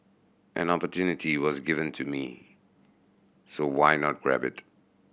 an opportunity was given to me so why not grab it